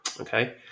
Okay